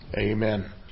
Amen